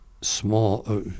small